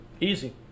Easy